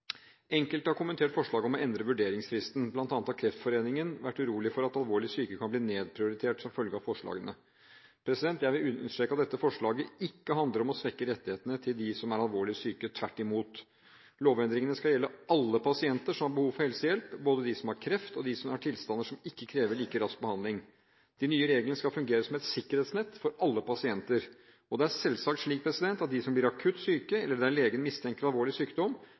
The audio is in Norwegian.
Enkelte har kommentert forslaget om å endre vurderingsfristen. Blant annet har Kreftforeningen vært urolig for at alvorlig syke kan bli nedprioritert som følge av forslagene. Jeg vil understreke at dette forslaget ikke handler om å svekke rettighetene til dem som er alvorlig syke – tvert imot. Lovendringene skal gjelde alle pasienter som har behov for helsehjelp, både de som har kreft, og de som har tilstander som ikke krever like rask behandling. De nye reglene skal fungere som et sikkerhetsnett for alle pasienter. Det er selvsagt slik at de som blir akutt syke, eller der legen mistenker alvorlig sykdom,